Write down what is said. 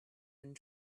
and